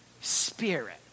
spirit